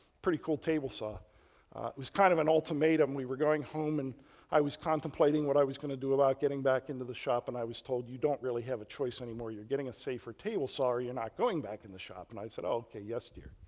pretty cool table saw. it was kind of an ultimatum. we were going home and i was contemplating what i was going to do about getting back into the shop and i was told, you don't really have a choice anymore. you're getting a safer table saw or you're not going back in the shop and i said, ok, yes, dear.